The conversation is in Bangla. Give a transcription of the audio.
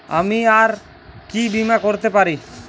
আমি আর কি বীমা করাতে পারি?